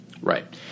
Right